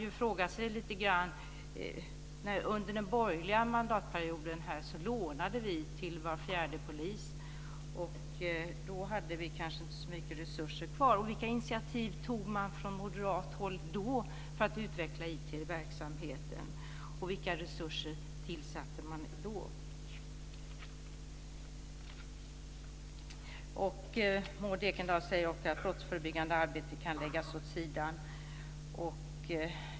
Under den borgerliga mandatperioden lånade vi till var fjärde polis. Då hade vi kanske inte så mycket resurser kvar. Vilka initiativ tog man då från moderat håll för att utveckla IT-verksamheten, och vilka resurser tillförde man då? Maud Ekendahl säger att det brottsförebyggande arbetet kan läggas åt sidan.